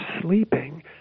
sleeping